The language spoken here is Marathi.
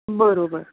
बरोबर